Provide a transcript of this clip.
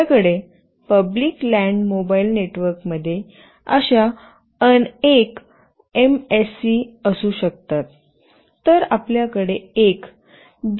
आपल्याकडे public land mobile नेटवर्कमध्ये अशा अनेक एमएससी असू शकतात